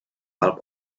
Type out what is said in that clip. pel